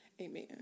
amen